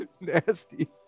Nasty